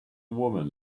woman